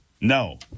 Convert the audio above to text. No